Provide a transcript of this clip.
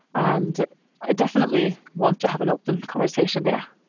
and i definitely want to have an open conversation now.